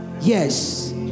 Yes